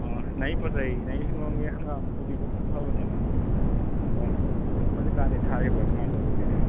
ꯑꯥ ꯅꯪꯒꯤ ꯄꯣꯠꯆꯩ ꯅꯪꯒꯤ ꯍꯤꯡꯒꯣꯜꯒꯤ ꯍꯪꯒꯥꯝ ꯀꯣꯕꯤꯗꯨꯗꯤ ꯌꯥꯝ ꯐꯕꯅꯤꯅꯦ ꯅꯪꯗꯤ ꯍꯧꯖꯤꯛ ꯀꯥꯟꯗꯤ ꯊꯥꯔꯤꯕ꯭ꯔꯣ ꯀꯃꯥꯏꯅ ꯇꯧꯔꯤꯒꯦ